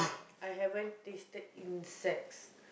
I haven't tasted insects